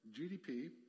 GDP